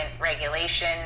regulation